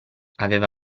aveva